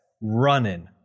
running